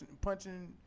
Punching